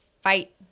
fight